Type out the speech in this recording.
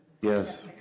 Yes